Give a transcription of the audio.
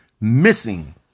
missing